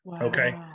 okay